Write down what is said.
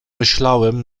myślałem